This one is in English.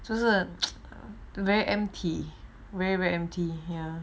就是 where M_T where we're empty here